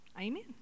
Amen